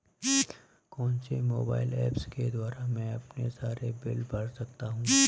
कौनसे mobile apps के द्वारा मैं अपने सारे बिल भर सकता हूं?